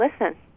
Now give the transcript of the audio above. listen